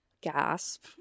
gasp